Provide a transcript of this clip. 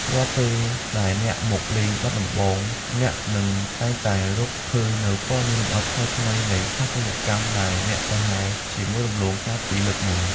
រាល់ពេលដែលអ្នកមកលេងបាត់ដំបង អ្នកនឹងតែងតែរកឃើញនូវព័ត៌មានលម្អិតថ្មីៗនៃស្ថាបត្យកម្មដែលអ្នកប្រហែលជាមើលរំលងកាលពីលើកមុន។